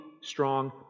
strong